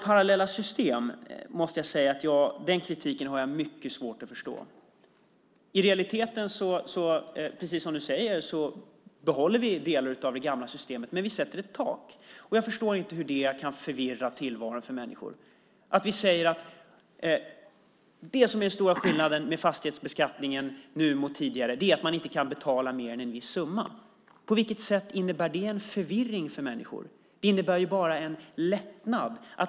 Jag måste säga att jag har mycket svårt att förstå kritiken om parallella system. I realiteten behåller vi delar av det gamla systemet, precis som du säger, men vi sätter ett tak. Jag förstår inte hur det kan förvirra tillvaron för människor. Det som är den stora skillnaden med fastighetsbeskattningen nu mot tidigare är att man inte kan betala mer än en viss summa. På vilket sätt kan det förvirra människor? Det innebär bara en lättnad.